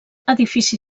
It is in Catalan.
edifici